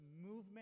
movement